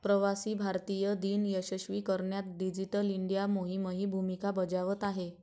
प्रवासी भारतीय दिन यशस्वी करण्यात डिजिटल इंडिया मोहीमही भूमिका बजावत आहे